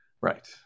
right